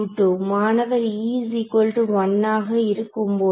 மாணவர் ஆக இருக்கும்போது